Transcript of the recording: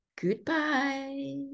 Goodbye